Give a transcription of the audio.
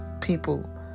people